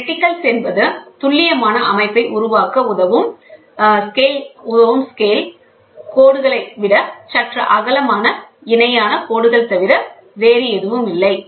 ரெட்டிகல்ஸ் என்பது துல்லியமான அமைப்பை உருவாக்க உதவும் ஸ்கேல் கோடுகளை விட சற்றே அகலமான இணையான கோடுகள் தவிர வேறு எதுவும் இல்லை